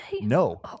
No